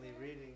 reading